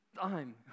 time